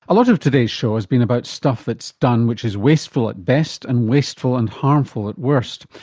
a lot of today's show has been about stuff that's done which is wasteful at best and wasteful and harmful at worst.